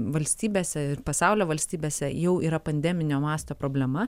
valstybėse ir pasaulio valstybėse jau yra pandeminio masto problema